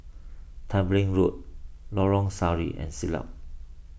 Tembeling Road Lorong Sari and Siglap